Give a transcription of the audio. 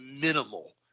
minimal